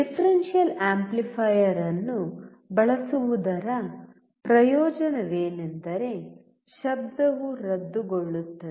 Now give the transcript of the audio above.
differential amplifier ಅನ್ನು ಬಳಸುವುದರ ಪ್ರಯೋಜನವೆಂದರೆ ಶಬ್ದವು ರದ್ದುಗೊಳ್ಳುತ್ತದೆ